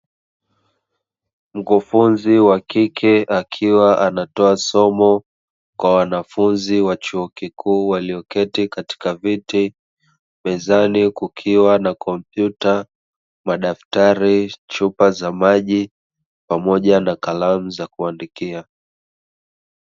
Mkufunzi wakike akiwa anatoa somo kwa wanafunzi wa chuo kikuu walioketi katika viti, mezani kukiwa na kompyuta ,madaftari, chupa za maji pamoja na kalamu za kuandikia.